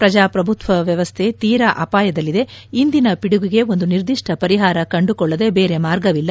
ಪ್ರಜಾಪ್ರಭುತ್ವ ವ್ಯವಸ್ಥೆ ತೀರಾ ಅಪಾಯದಲ್ಲಿದೆ ಇಂದಿನ ಪಿಡುಗಿಗೆ ಒಂದು ನಿರ್ದಿಷ್ವ ಪರಿಹಾರ ಕಂದುಕೊಳ್ಳದೆ ಬೇರೆ ಮಾರ್ಗವಿಲ್ಲ